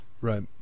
Right